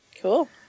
Cool